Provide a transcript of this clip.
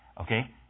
Okay